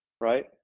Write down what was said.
Right